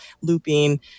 looping